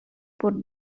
por